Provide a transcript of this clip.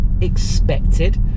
expected